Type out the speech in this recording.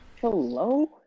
Hello